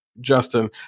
Justin